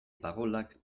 pagolak